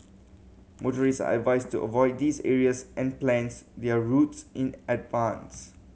motorist are advised to avoid these areas and plana their routes in advance